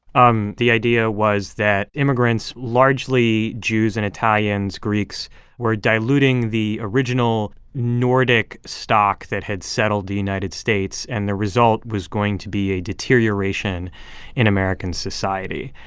um the idea was that immigrants largely jews and italians, greeks were diluting the original nordic stock that had settled the united states, and the result was going to be a deterioration in american society.